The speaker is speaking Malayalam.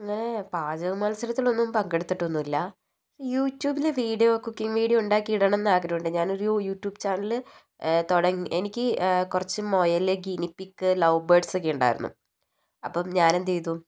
അങ്ങനെ പാചക മത്സരത്തിലൊന്നും പങ്കെടുത്തിട്ടൊന്നുമില്ല യൂ ട്യൂബില് വീഡിയോ കുക്കിങ് വീഡിയോ ഉണ്ടാക്കി ഇടണമെന്ന് ആഗ്രഹമുണ്ട് ഞാനൊരു യൂ ട്യൂബ് ചാനല് തുടങ്ങി എനിക്ക് കുറച്ച് മൊയല് ഗിനി പിഗ് ലവ് ബേഡ്സക്കെ ഉണ്ടായിരുന്നു അപ്പം ഞാനെന്ത് ചെയ്തു